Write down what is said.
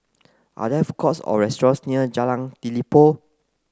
are there food courts or restaurants near Jalan Telipok